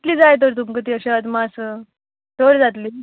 कितली जाय ती तुमकां तर अशी अदमासू चड जातली